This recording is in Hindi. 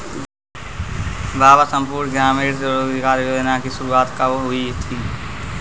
बाबा संपूर्ण ग्रामीण रोजगार योजना की शुरुआत कब हुई थी?